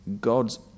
God's